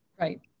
Right